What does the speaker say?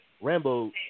Rambo